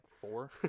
four